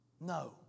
No